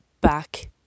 back